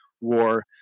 war